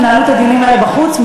תנהלו את הדיונים האלה בחוץ.